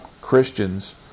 Christians